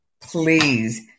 please